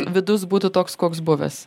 vidus būtų toks koks buvęs